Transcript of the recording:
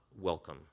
welcome